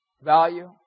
Value